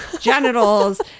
genitals